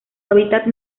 hábitats